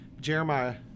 Jeremiah